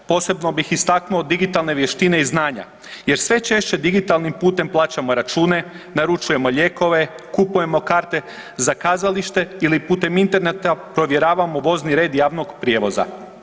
Posebno bih istaknuo digitalne vještine i znanja jer sve češće digitalnim putem plaćamo račune, naručujemo lijekove, kupujemo karte za kazalište ili putem interneta provjeravamo vozni red javnog prijevoza.